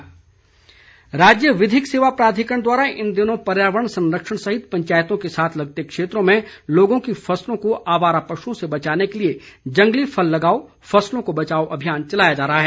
पौधरोपण राज्य विधिक सेवा प्राधिकरण द्वारा इन दिनों पर्यावरण संरक्षण सहित पंचायतों के साथ लगते क्षेत्रों में लोगों की फसलों को आवारा पशुओं से बचाने के लिए जंगली फल लगाओ फसलों को बचाओ अभियान चलाया जा रहा है